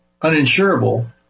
uninsurable